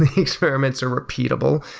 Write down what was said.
experiments are repeatable,